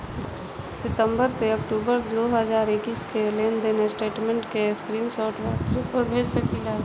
सितंबर से अक्टूबर दो हज़ार इक्कीस के लेनदेन स्टेटमेंट के स्क्रीनशाट व्हाट्सएप पर भेज सकीला?